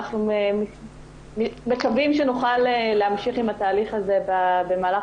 אנחנו מקווים שנוכל להמשיך עם התהליך הזה במהלך